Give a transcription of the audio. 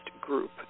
group